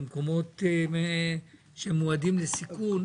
במקומות שמועדים לסיכון,